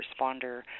responder